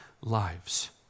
lives